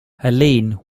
helene